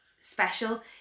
special